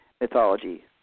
mythology